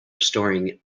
storing